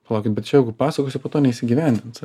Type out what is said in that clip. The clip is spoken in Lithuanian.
palaukit bet čia jau pasakosiu po to neįsigyvendins